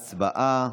הצבעה.